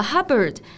Hubbard